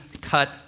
cut